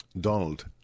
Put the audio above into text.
Donald